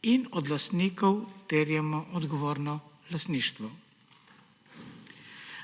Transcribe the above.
in od lastnikov terjamo odgovorno lastništvo.